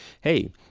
Hey